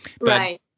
Right